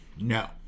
No